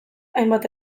hainbat